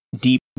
deep